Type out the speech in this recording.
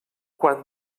quan